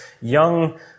young